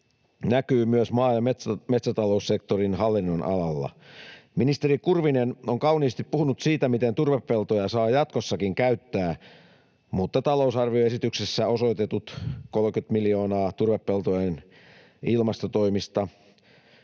näkyy myös maa- ja metsätaloussektorin hallinnonalalla. Ministeri Kurvinen on kauniisti puhunut siitä, miten turvepeltoja saa jatkossakin käyttää, mutta talousarvioesityksessä osoitetut 30 miljoonaa turvepeltojen ilmastotoimista